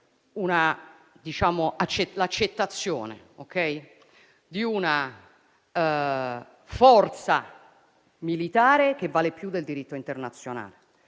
di diverso: l'accettazione di una forza militare che vale più del diritto internazionale.